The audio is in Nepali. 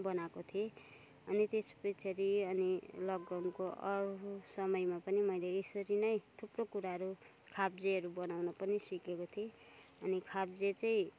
बनाएको थिएँ अनि त्यस पछाडि अनि लकडाउनको अरू समयमा पनि मैले यसरी नै खाप्जेहरू बनाउनु पनि सिकेको थिएँ अनि खाप्जे चाहिँ